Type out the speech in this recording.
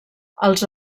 els